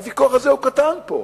הוויכוח הזה הוא קטן פה.